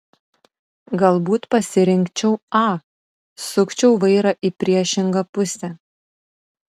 galbūt pasirinkčiau a sukčiau vairą į priešingą pusę